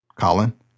Colin